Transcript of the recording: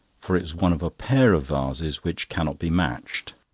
for it was one of a pair of vases which cannot be matched,